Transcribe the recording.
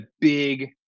big